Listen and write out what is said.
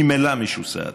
ממילא משוסעת.